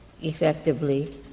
effectively